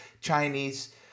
Chinese